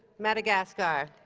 madagascar